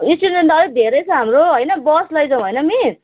student त अलिक धेरै छ हाम्रो होइन बस लैजाऊँ होइन मिस